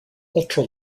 ultra